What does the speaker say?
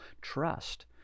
trust